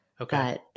Okay